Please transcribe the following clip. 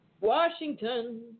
Washington